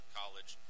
college